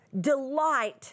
Delight